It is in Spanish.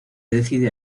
decide